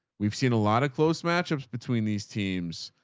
we've seen a lot of close match ups between these teams.